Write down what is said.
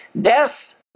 Death